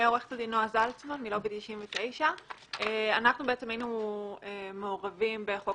עורכת הדין נועה זלצמן מלובי 99. אנחנו היינו מעורבים בחוק